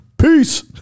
Peace